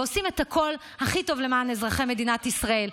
ועושים את הכול הכי טוב למען אזרחי מדינת ישראל.